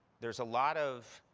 there's a lot of,